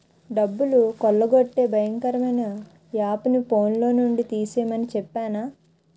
డబ్బులు కొల్లగొట్టే భయంకరమైన యాపుని ఫోన్లో నుండి తీసిమని చెప్పేనా